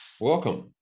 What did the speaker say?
Welcome